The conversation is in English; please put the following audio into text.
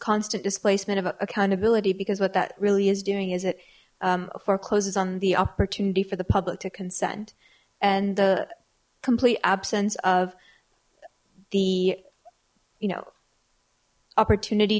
constant displacement of accountability because what that really is doing is it forecloses on the opportunity for the public to consent and the complete absence of the you know opportunity